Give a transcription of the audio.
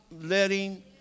letting